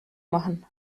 machen